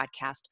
podcast